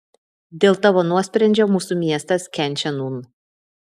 dėl tavo nuosprendžio mūsų miestas kenčia nūn